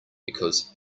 because